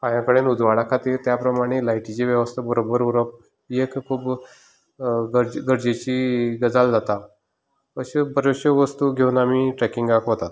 पांया कडेन उजवाडा खातीर त्या प्रमाणे लायटिची वेवस्था बरोबर उरप ही एक खूब गरजेची गजाल जाता अश्यो बऱ्योचश्यो वस्तूं घेवन आमी ट्रेकिंगांक वतात